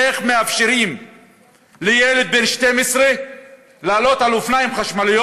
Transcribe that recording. איך מאפשרים לילד בן 12 לעלות על אופניים חשמליים